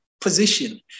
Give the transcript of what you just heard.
position